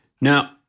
Now